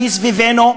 שהיא סביבנו.